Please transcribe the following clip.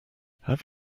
have